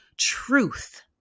Truth